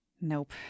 Nope